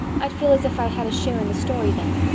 i'd feel as if i had a share in the story then.